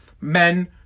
Men